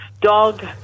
dog